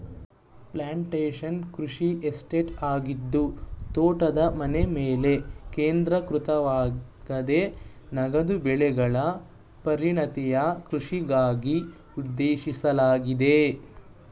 plantation ಕೃಷಿ estate ಆಗಿದ್ದು ತೋಟದ ಮನೆಮೇಲೆ ಕೇಂದ್ರೀಕೃತವಾಗಯ್ತೆ ನಗದು ಬೆಳೆಗಳ ಪರಿಣತಿಯ ಕೃಷಿಗಾಗಿ ಉದ್ದೇಶಿಸಲಾಗಿದೆ